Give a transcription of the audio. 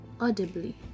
audibly